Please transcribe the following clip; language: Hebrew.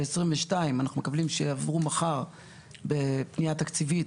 ב-2022 אנחנו מקבלים שיעברו מחר לפניה תקציבית